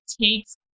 takes